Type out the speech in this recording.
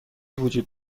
وجود